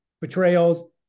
betrayals